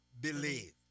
believe